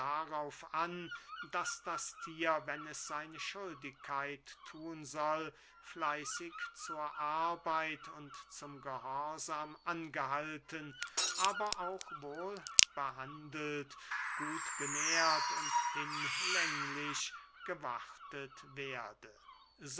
darauf an daß das thier wenn es seine schuldigkeit thun soll fleißig zur arbeit und zum gehorsam angehalten aber auch wohl behandelt gut genährt und hinlänglich gewartet werde